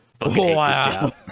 Wow